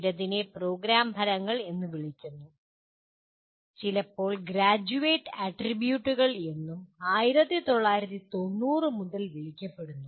ചിലതിനെ പ്രോഗ്രാം ഫലങ്ങൾ എന്ന് വിളിക്കുന്നു ചിലപ്പോൾ ഗ്രാജ്വേറ്റ് ആട്രിബ്യൂട്ടുകൾ എന്നും 1990 മുതൽ വിളിക്കപ്പെടുന്നു